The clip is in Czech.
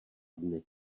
dny